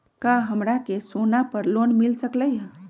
का हमरा के सोना पर लोन मिल सकलई ह?